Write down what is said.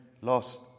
lost